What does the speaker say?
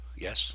Yes